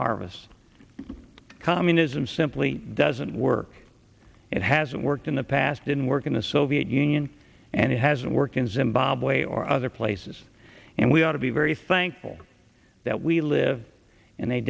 harvest communism simply doesn't work it hasn't worked in the past didn't work in the soviet union and it hasn't worked in zimbabwe or other places and we ought to be very thankful that we live